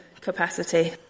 capacity